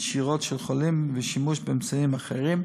קשירות של חולים ושימוש באמצעים אחרים.